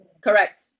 Correct